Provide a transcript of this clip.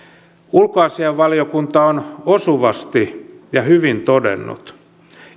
ulkoasiainvaliokunta on osuvasti ja hyvin todennut